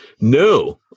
No